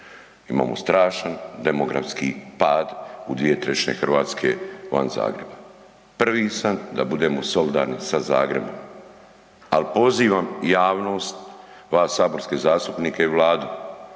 Imamo strašan demografski pad u 2/3 Hrvatske van Zagreba. Prvi sam da budemo solidarni sa Zagrebom, ali pozivam javnost, vas saborske zastupnike i Vladu